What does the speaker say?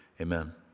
amen